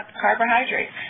carbohydrates